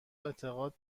اعتقاد